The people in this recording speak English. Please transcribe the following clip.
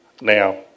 Now